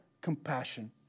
compassion